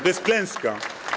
To jest klęska.